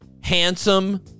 Handsome